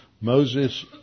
Moses